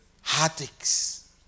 heartaches